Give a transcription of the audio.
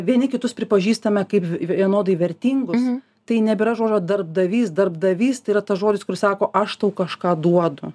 vieni kitus pripažįstame kaip vienodai vertingus tai nebėra žodžio darbdavys darbdavys tai yra tas žodis kuris sako aš tau kažką duodu